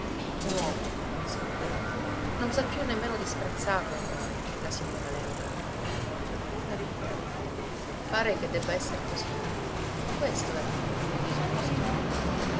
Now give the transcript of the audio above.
insomma non sa più nemmeno disprezzarlo ormai la signora léuca la vita pare che debba esser così questo ecco il disgusto